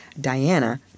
Diana